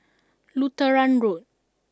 Lutheran Road